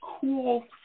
cool